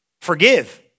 Forgive